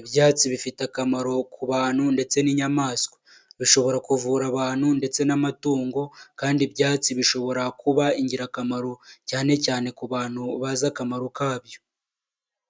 Ibyatsi bifite akamaro ku bantu ndetse n'inyamaswa, bishobora kuvura abantu ndetse n'amatungo kandi ibyatsi bishobora kuba ingirakamaro cyane cyane ku bantu bazi akamaro kabyo.